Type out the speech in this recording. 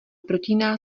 protíná